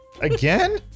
Again